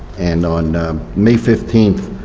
and on may fifteenth,